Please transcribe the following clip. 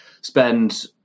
spend